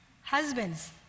Husbands